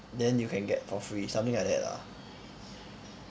then you can get for free something like that lah